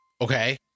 Okay